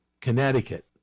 Connecticut